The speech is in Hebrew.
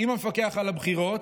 עם המפקח על הבחירות,